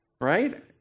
right